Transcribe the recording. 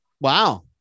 Wow